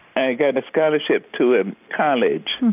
i got a scholarship to a college.